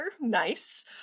Nice